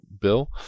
bill